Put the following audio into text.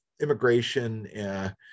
immigration